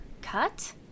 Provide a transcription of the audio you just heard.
cut